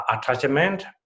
attachment